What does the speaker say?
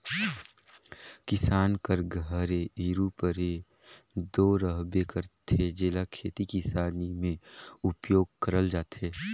किसान कर घरे इरूपरे दो रहबे करथे, जेला खेती किसानी मे उपियोग करल जाथे